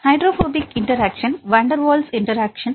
hydrophobic interaction van der Waals interaction